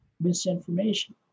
misinformation